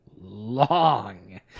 long